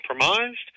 compromised